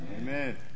Amen